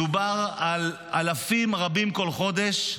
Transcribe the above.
מדובר על אלפים רבים כל חודש.